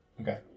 okay